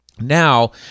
Now